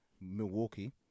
Milwaukee